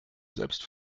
selbst